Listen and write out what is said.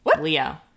Leo